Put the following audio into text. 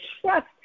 trust